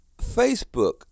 Facebook